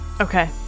Okay